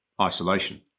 isolation